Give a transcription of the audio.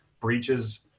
breaches